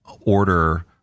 order